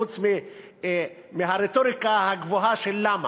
חוץ מהרטוריקה הגבוהה של "למה".